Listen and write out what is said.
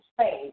space